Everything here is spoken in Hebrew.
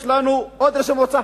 יש לנו עוד ראשי מועצה.